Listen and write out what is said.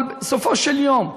אבל בסופו של יום,